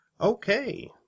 Okay